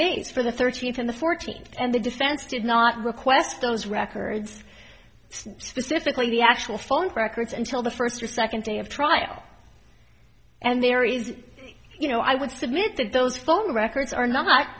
days for the thirteenth and the fourteenth and the defense did not request those records specifically the actual phone records until the first or second day of trial and there is you know i would submit that those phone records are not